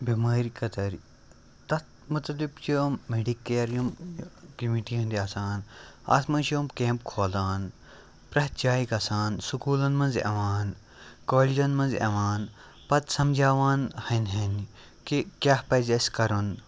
بٮ۪مٲرۍ خٲطٕر تَتھ متعلِق چھِ یِم میڈِکیر یِم کمِٹی ہٕنٛدۍ آسان اَتھ منٛز چھِ یِم کیمپ کھولان پرٛٮ۪تھ جایہِ گژھان سکوٗلَن منٛز یِوان کالجَن منٛز یِوان پَتہٕ سَمجاوان ہنہِ ہنہِ کہِ کیٛاہ پَزِ اَسہِ کَرُن